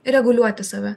reguliuoti save